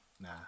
Nah